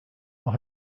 auch